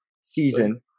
season